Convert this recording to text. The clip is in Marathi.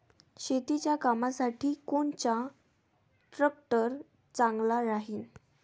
शेतीच्या कामासाठी कोनचा ट्रॅक्टर चांगला राहीन?